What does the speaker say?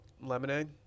lemonade